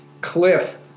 cliff